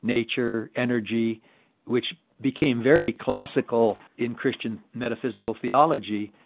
nature, energy which became very classical in christian metaphysical theology,